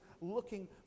looking